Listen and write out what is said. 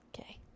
Okay